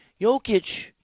Jokic